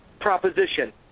proposition